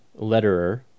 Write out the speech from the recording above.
letterer